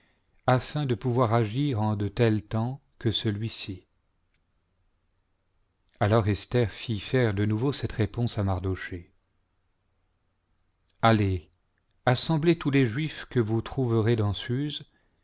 afin de fiouvoir agir en de tels temps que celui-ci alors esther fit faire de nouveau cette réponse à allez assemblez tous les juifs que vous trouverez dans suse